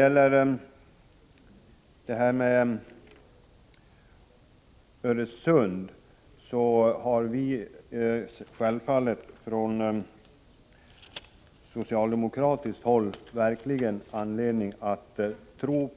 I fråga om Öresund har vi givetvis på socialdemokratiskt håll anledning att tro